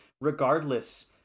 regardless